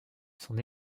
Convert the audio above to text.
son